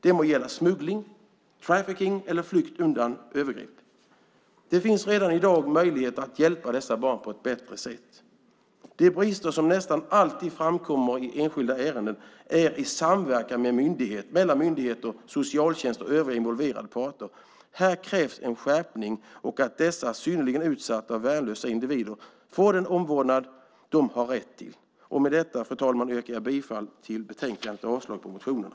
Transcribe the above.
Det må gälla smuggling, trafficking eller flykt undan övergrepp. Det finns redan i dag möjlighet att hjälpa dessa barn på ett bättre sätt. De brister som nästan alltid framkommer i enskilda ärenden gäller samverkan mellan myndigheter, socialtjänst och övriga involverade parter. Här krävs en skärpning och att dessa synnerligen utsatta, värnlösa individer får den omvårdnad de har rätt till. Med detta, fru talman, yrkar jag bifall till förslaget i betänkandet och avslag på motionerna.